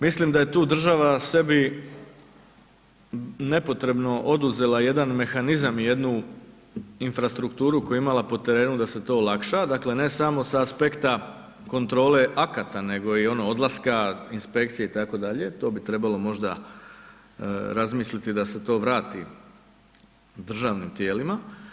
Mislim da je tu država sebi nepotrebno oduzela jedan mehanizam i jednu infrastrukturu koju je imala po terenu da se to olakša, dakle ne samo sa aspekta kontrole akata nego ono i odlaska inspekcije itd., to bi trebalo možda razmisliti da se to vrati državnim tijelima.